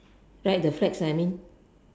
right the flags I mean